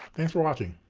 thanks for watching.